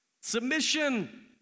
submission